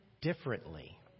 differently